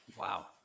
Wow